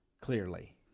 clearly